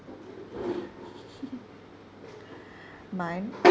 mine